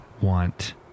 want